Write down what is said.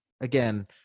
again